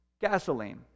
Gasoline